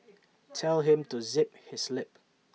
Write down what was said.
tell him to zip his lip